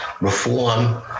reform